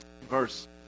verse